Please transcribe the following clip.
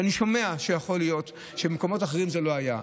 אני שומע שיכול להיות שבמקומות אחרים זה לא היה.